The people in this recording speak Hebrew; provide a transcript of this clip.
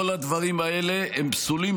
כל הדברים האלה הם פסולים,